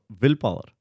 willpower